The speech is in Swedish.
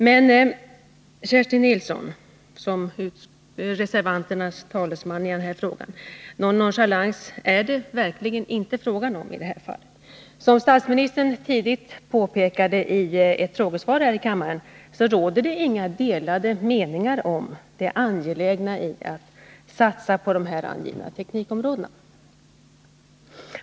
Men, Kerstin Nilsson som är reservanternas talesman, någon nonchalans är det verkligen inte fråga om i det här fallet. Som statsministern tidigt påpekade i ett frågesvar här i kammaren, råder det inga delade meningar om det angelägna i att satsa på de här angivna teknikområdena.